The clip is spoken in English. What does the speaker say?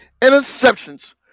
interceptions